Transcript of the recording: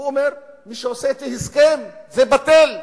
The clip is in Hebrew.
הוא אומר: מי שעושה אתי הסכם, זה בטל,